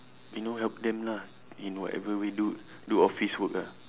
you know help them lah in whatever we do do office work ah